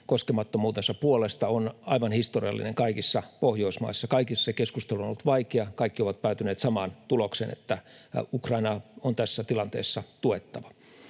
koskemattomuutensa puolesta, on aivan historiallinen kaikissa Pohjoismaissa. Kaikissa keskustelu on ollut vaikea, kaikki ovat päätyneet samaan tulokseen, että Ukrainaa on tässä tilanteessa tuettava.